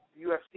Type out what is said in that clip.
UFC